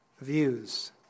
views